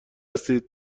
هستین